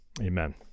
Amen